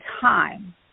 time